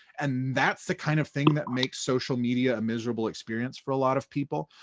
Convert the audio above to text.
and that's the kind of thing that makes social media a miserable experience for a lot of people.